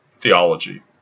theology